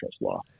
law